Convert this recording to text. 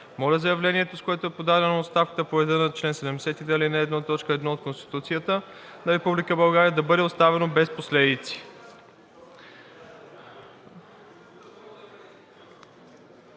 Моля заявлението, с което е подадена оставката по реда на чл. 72, ал. 1, т. 1 от Конституцията на Република България, да бъде оставено без последици.“